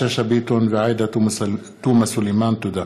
תודה.